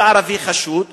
כל ערבי הוא חשוד,